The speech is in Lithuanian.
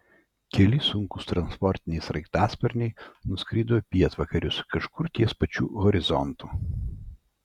keli sunkūs transportiniai sraigtasparniai nuskrido į pietvakarius kažkur ties pačiu horizontu